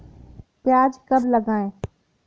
प्याज कब लगाएँ?